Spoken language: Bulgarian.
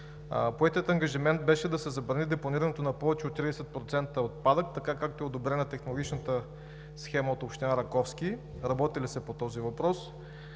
Поетият ангажимент беше да се забрани депонирането на повече от 30% отпадък, така както е одобрена технологичната схема от община Раковски – работи ли се по този въпрос?